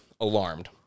alarmed